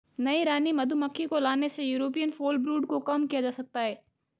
नई रानी मधुमक्खी को लाने से यूरोपियन फॉलब्रूड को कम किया जा सकता है